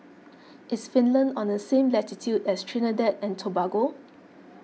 is Finland on the same latitude as Trinidad and Tobago